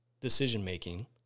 decision-making